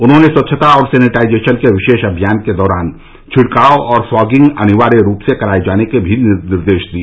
उन्होंने स्वच्छता और सैनिटाइजेशन के विशेष अभियान के दौरान छिड़काव और फॉगिंग अनिवार्य रूप से कराए जाने के भी निर्देश दिए